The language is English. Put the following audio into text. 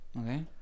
Okay